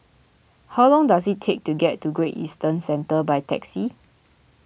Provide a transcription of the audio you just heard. how long does it take to get to Great Eastern Centre by taxi